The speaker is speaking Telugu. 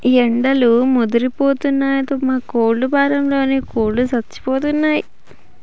ఎండలు ముదిరిపోవడంతో మా కోళ్ళ ఫారంలో కోళ్ళు సచ్చిపోయినయ్